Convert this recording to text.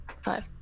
Five